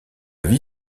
vie